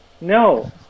no